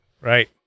right